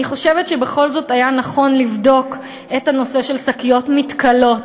אני חושבת שבכל זאת היה נכון לבדוק את הנושא של שקיות מתכלות,